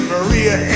Maria